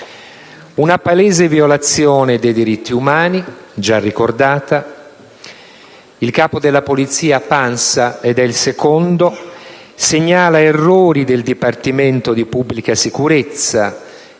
una palese violazione dei diritti umani, già ricordata. Il capo della Polizia Pansa - ed è il secondo punto - segnala errori del Dipartimento di pubblica sicurezza,